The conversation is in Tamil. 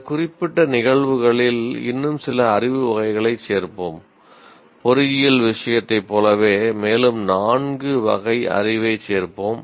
சில குறிப்பிட்ட நிகழ்வுகளில் இன்னும் சில அறிவு வகைகளைச் சேர்ப்போம் பொறியியல் விஷயத்தைப் போலவே மேலும் நான்கு வகை அறிவைச் சேர்ப்போம்